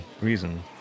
reason